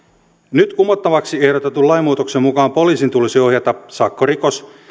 nyt kumottavaksi ehdotetun lainmuutoksen mukaan poliisin tulisi ohjata sakkorikos